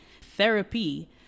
Therapy